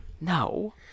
No